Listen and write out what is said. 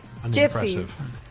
Gypsies